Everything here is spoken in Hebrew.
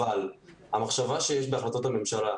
המחשבה בהחלטות הממשלה,